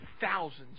thousands